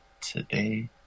today